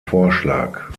vorschlag